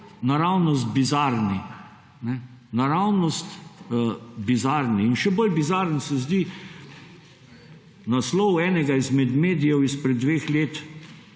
ti odstopi zdijo naravnost bizarni. In še bolj bizaren se zdi naslov enega izmed medijev izpred dveh let,